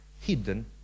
hidden